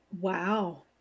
Wow